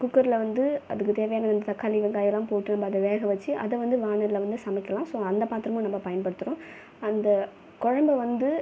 குக்கரில் வந்து அதுக்குத் தேவையானது தக்காளி வெங்காயமெலாம் போட்டு அதை வேக வச்சு அதை வந்து வாணலியில் வந்து சமைக்கலாம் ஸோ அந்த பாத்திரமும் நம்ம பயன்படுத்துகிறோம் அந்த குழம்ப வந்து